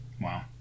Wow